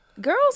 Girls